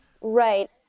Right